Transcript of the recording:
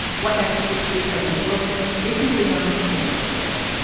what next is produced by mary wilson, jason de leon and daniel hewett.